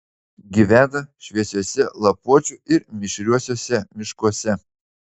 gyvena šviesiuose lapuočių ir mišriuosiuose miškuose